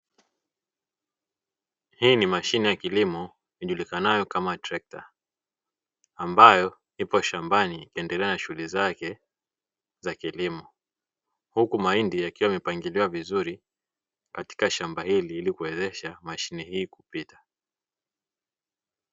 Hii ni mashine ya kilimo ijulikanayo kama trekta ikiendelea na shughuli zake za kilimo, huku mahindi yakiwa yamepangiliwa vizuri katika shamba hili kuwezesha mashine hii kupita.